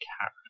karen